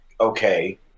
okay